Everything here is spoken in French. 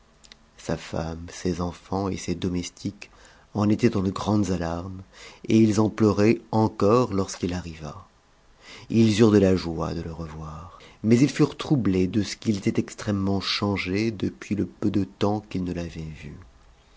sa femme ses enfants et ses domestiques en étaient dans de grandes alarmes et ils en pleuraient encore lorsqu'il arriva ils eurent de la joie de le revoir mais ils furent troublés de ce qu'il était extrêmement changé depuis le peu de temps qu'ils ne l'avaient vu